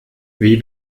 wie